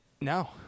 No